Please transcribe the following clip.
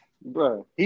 Bro